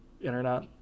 internet